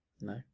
no